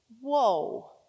Whoa